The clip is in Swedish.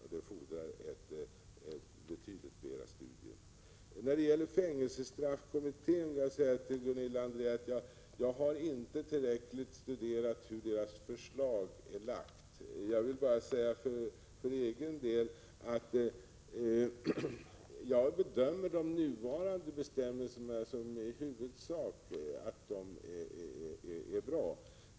Den fordrar ett betydligt mer ingående studium. Till Gunilla André vill jag säga att jag inte tillräckligt har studerat hur fängelsestraffkommitténs förslag är formulerat. För egen del bedömer jag de nuvarande bestämmelserna som i huvudsak bra.